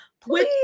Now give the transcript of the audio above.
Please